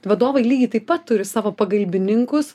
vadovai lygiai taip pat turi savo pagalbininkus